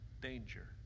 danger